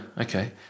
Okay